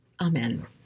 Amen